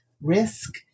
risk